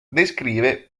descrive